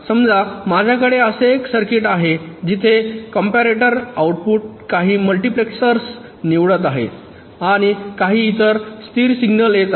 समजा माझ्याकडे असे एक सर्किट आहे जिथे कंपॅरटरचे आउटपुट काही मल्टिप्लेक्सर्स निवडत आहे आणि काही इतर स्थिर सिग्नल येत आहेत